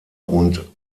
und